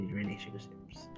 relationships